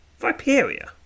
Viperia